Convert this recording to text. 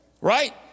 Right